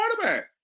quarterback